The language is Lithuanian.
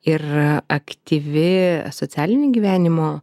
ir aktyvi socialinio gyvenimo